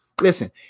Listen